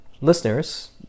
listeners